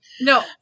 No